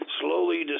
slowly